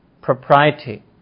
Propriety